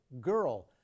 girl